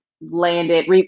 landed